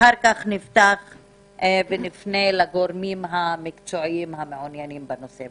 אחר כך נפתח ונפנה לגורמים המקצועיים המעוניינים בנושא.